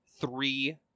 three